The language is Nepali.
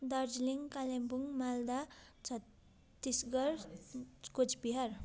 दार्जिलिङ कालिम्पोङ मालदा छत्तिसगढ कुच बिहार